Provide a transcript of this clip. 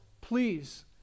please